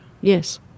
Yes